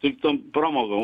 tik tom pramogom